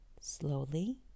slowly